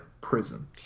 prison